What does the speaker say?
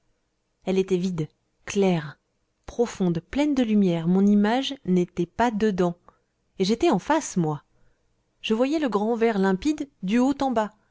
elle était vide claire profonde pleine de lumière mon image n'était pas dedans et j'étais en face moi je voyais le grand verre limpide du haut en bas